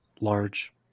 large